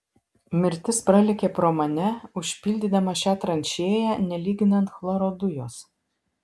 mirtis pralėkė pro mane užpildydama šią tranšėją nelyginant chloro dujos